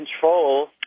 control